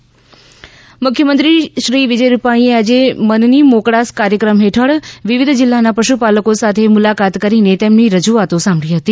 CM મનની મોકળાશ મુખ્યમંત્રી વિજય રૂપાણીએ આજે મનની મોકળાશ કાર્યક્રમ હેઠળ વિવિધ જીલ્લાના પશુપાલકો સાથે મુલાકાત કરીને તેમની રજૂઆતો સાંભળી હતી